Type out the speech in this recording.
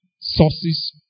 sources